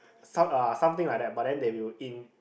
some uh something like that but then they will in